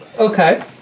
Okay